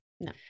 no